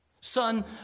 Son